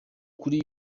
kuri